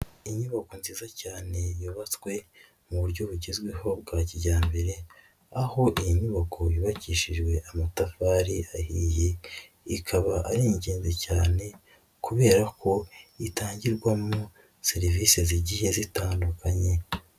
Inyubako nziza cyane yubatswe mu buryo bugezweho bwa kijyambere aho iyi nyubako yubakishijwe amatafari ahiye, ikaba ari ingenzi cyane kubera ko itangirwamo serivise zigiye zitandukanye.